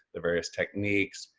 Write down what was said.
the various techniques,